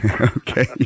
Okay